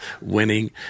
Winning